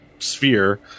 sphere